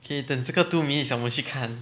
okay 等这个 two minutes 讲完我们去看